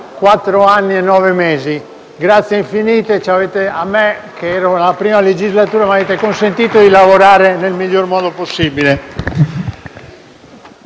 quattro anni e nove mesi. Grazie infinite. A me, che ero alla prima legislatura, avete consentito di lavorare nel miglior modo possibile.